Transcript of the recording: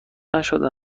نشده